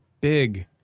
big